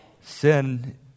Sin